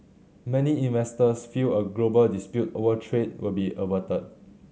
many investors feel a global dispute over trade will be averted